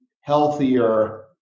healthier